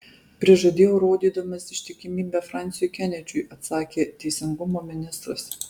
prižadėjau rodydamas ištikimybę fransiui kenedžiui atsakė teisingumo ministras